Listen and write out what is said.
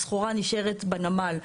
הסחורה נשארת בנמל.